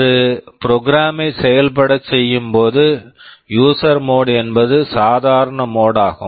ஒரு program program ஐ செயல்பட செய்யும் போது யூஸர் மோட் user mode என்பது சாதாரண மோட் mode ஆகும்